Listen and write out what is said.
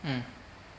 mm